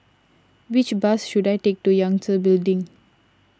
which bus should I take to Yangtze Building